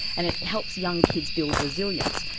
and it helps young kids build resilience.